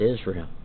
Israel